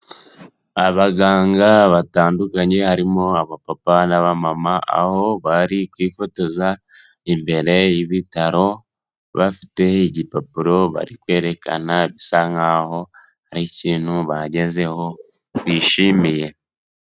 Abaganga batandukanye harimo aba papa n'aba mama aho bari kwifotoza imbere y'ibitaro, bafite igipapuro bari kwerekana bisa nkaho hari ikintu bagezeho bishimiye.